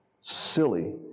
silly